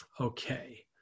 Okay